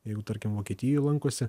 jeigu tarkim vokietijoj lankosi